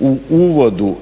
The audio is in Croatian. u uvodu